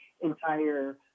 entire